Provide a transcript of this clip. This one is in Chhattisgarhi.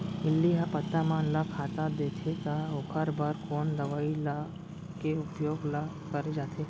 इल्ली ह पत्ता मन ला खाता देथे त ओखर बर कोन दवई के उपयोग ल करे जाथे?